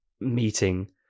meeting